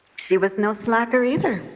she was no slacker either.